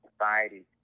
society